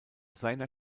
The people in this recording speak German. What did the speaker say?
seiner